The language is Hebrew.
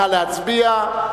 נא להצביע.